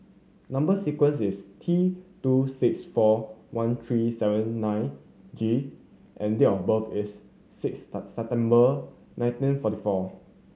number sequence is T two six four one three seven nine G and date of birth is six September nineteen forty four